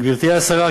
גברתי השרה,